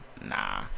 Nah